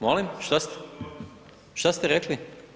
Molim, šta ste rekli?